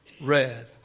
red